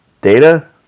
data